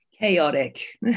Chaotic